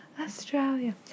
Australia